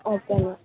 okay ma'am